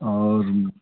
और